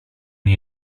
the